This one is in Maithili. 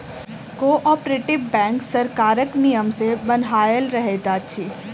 कोऔपरेटिव बैंक सरकारक नियम सॅ बन्हायल रहैत अछि